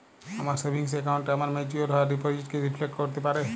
আমার সেভিংস অ্যাকাউন্টে আমার ম্যাচিওর হওয়া ডিপোজিট কি রিফ্লেক্ট করতে পারে?